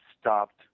stopped